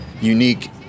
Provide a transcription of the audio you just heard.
unique